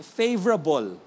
favorable